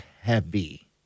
heavy